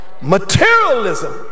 materialism